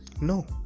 No